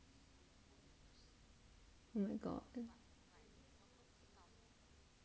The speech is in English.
oh my god